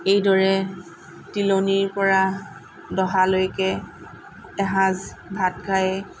এইদৰে তিলনীৰ পৰা দহালৈকে এসাঁজ ভাত খাই